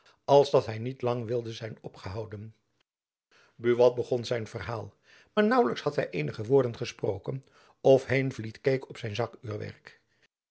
als dat hy niet lang wilde zijn opgehouden buat begon zijn verhaal maar naauwlijks had hy eenige woorden gesproken of heenvliet keek op zijn zakuurwerk